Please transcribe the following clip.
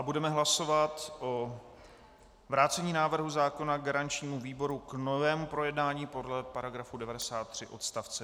Budeme hlasovat o vrácení návrhu zákona garančnímu výboru k novému projednání podle § 93 odst.